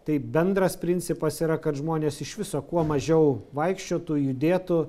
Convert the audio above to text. tai bendras principas yra kad žmonės iš viso kuo mažiau vaikščiotų judėtų